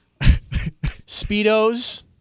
Speedos